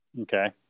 Okay